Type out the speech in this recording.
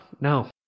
no